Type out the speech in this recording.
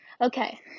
okay